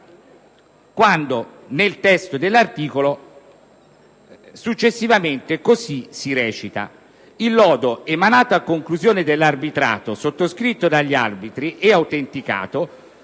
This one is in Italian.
quando nel testo dell'articolo 412-*quater* successivamente così si afferma: «Il lodo emanato a conclusione dell'arbitrato, sottoscritto dagli arbitri e autenticato,